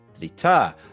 Lita